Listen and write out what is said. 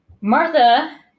Martha